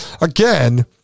again